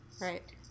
Right